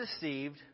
deceived